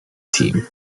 team